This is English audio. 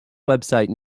website